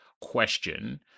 question